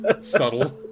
subtle